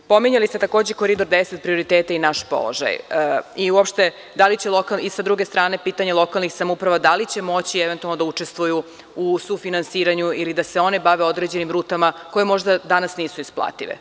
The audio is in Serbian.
Pominjali ste takođe Koridor 10, prioritete i naš položaj i sa druge strane pitanja lokalnih samouprava, da li će moći eventualno da učestvuju u sufinansiranju ili da se oni bave određenim rutama koje možda danas nisu isplative.